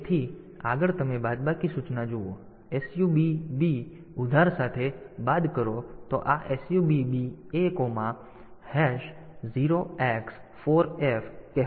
તેથી આગળ તમે બાદબાકી સૂચના જુઓ SUBB ઉધાર સાથે બાદ કરો તો આ SUBB A0x4F કહેવા જેવું થશે